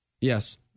Yes